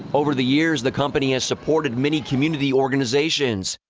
over the years, the company has supported many community organizations.